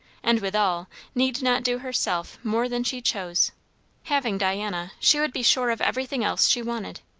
and withal need not do herself more than she chose having diana, she would be sure of everything else she wanted.